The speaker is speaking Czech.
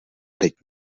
teď